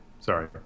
Sorry